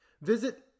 Visit